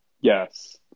Yes